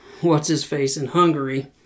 what's-his-face-in-Hungary